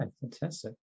fantastic